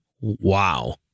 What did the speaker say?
Wow